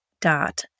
dot